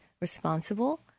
responsible